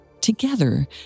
Together